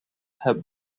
have